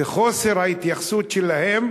וחוסר ההתייחסות שלהם,